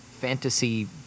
fantasy